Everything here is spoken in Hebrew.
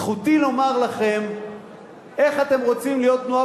זכותי לומר לכם איך אתם רוצים להיות תנועה